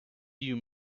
you